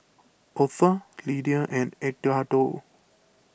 Otha Lydia and Edgardo